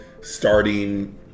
starting